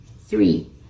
Three